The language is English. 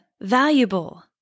valuable